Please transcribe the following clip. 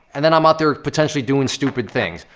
and then i'm out there potentially doing stupid things.